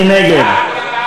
מי נגד?